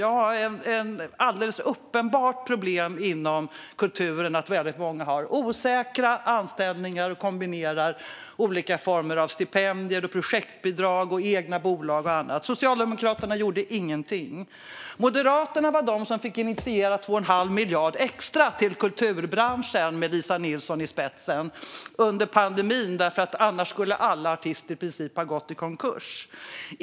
Ja, ett alldeles uppenbart problem inom kulturen är att väldigt många har osäkra anställningar och kombinerar olika former av stipendier och projektbidrag med egna bolag och annat. Socialdemokraterna gjorde ingenting åt detta. Och det var Moderaterna som fick initiera 2 1⁄2 miljard extra till kulturbranschen med Lisa Nilsson i spetsen under pandemin därför att i princip alla artister annars skulle ha gått i konkurs.